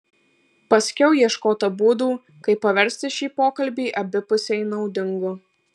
paskiau ieškota būdų kaip paversti šį pokalbį abipusiai naudingu